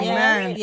Amen